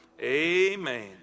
Amen